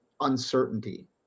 uncertainty